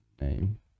name